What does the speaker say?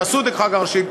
תעשו את זה כחקיקה ראשית.